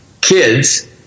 kids